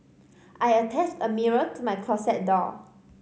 I attached a mirror to my closet door